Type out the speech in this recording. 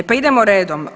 Pa idemo redom.